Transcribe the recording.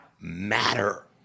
matter